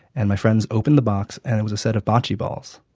and my friends opened the box and it was a set of bocce balls,